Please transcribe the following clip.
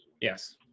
Yes